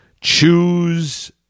choose